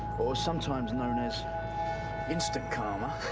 or sometimes known as insta-k'harma.